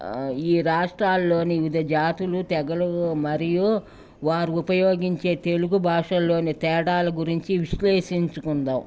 ఈ రాష్ట్రల్లోని వివిధ జాతులు తెగలు మరియు వారు ఉపయోగించే తెలుగు భాషలోని తేడాాల గురించి విశ్లేషించుకుందాం